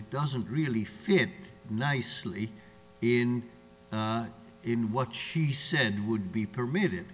it doesn't really fit nicely in in what she said would be permitted